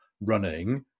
running